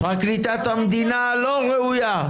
פרקליט המדינה לא ראוי,